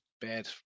bad